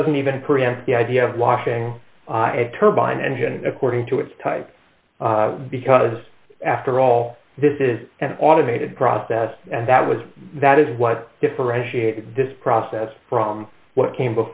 it doesn't even preempt the idea of washing turbine engine according to its type because after all this is an automated process and that was that is what differentiated this process from what came